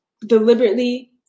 deliberately